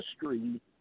history